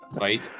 right